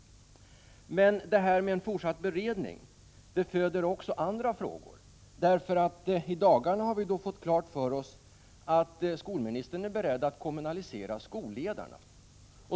Detta med en fortsatt beredning föder också andra frågor, för i dagarna har vi fått klart för oss att skolministern är beredd att kommunalisera skolledarna.